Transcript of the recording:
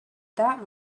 that